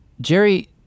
Jerry